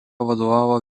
vadovavo